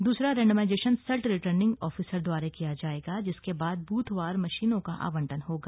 द्सरा रैण्डमाइजेशन सल्ट returning officer द्वारा किया जाएगा जिसके बाद ब्थवार मशीनों का आवंटन होगा